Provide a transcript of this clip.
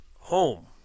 home